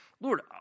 Lord